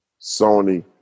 Sony